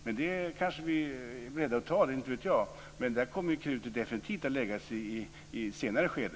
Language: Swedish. Men det kanske vi är beredda att acceptera, inte vet jag. Där kommer krutet i så fall definitivt att läggas i ett senare skede.